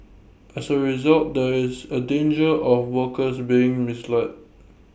as A result there is A danger of workers being misled